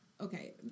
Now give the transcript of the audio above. Okay